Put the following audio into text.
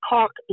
Cork